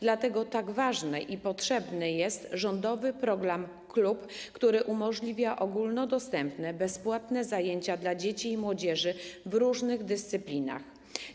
Dlatego tak ważny i potrzebny jest rządowy program ˝Klub˝, który umożliwia ogólnodostępne, bezpłatne zajęcia dla dzieci i młodzieży w różnych dyscyplinach.